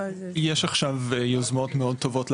יש עכשיו יוזמות מאד טובות,